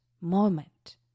moment